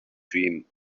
dream